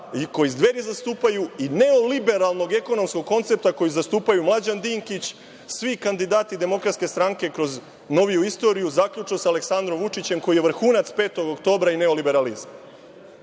koje Dveri zastupaju i neoliberalnog ekonomskog koncepta koji zastupaju Mlađan Dinkić, svi kandidati DS kroz noviju istoriju zaključno sa Aleksandrom Vučićem koji je vrhunac 5. oktobra i neoliberalizma.